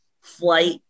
flight